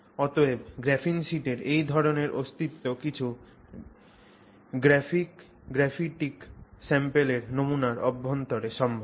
অতএব গ্রাফিন শীটের এই ধরণের অস্তিত্ব কিছু গ্রাফিক গ্রাফাইটিক স্যাম্পলের নমুনার অভ্যন্তরে সম্ভব